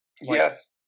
Yes